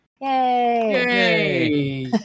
Yay